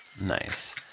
Nice